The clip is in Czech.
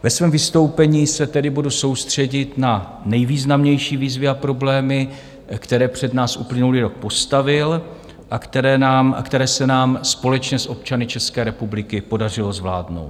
Ve svém vystoupení se tedy budu soustředit na nejvýznamnější výzvy a problémy, které před nás uplynulý rok postavil a které se nám společně s občany České republiky podařilo zvládnout.